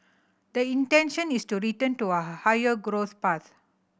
the intention is to return to a higher growth path